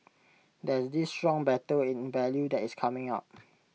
there is this strong battle in value that is coming up